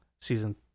season